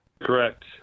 Correct